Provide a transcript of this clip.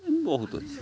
ବହୁତ ଅଛି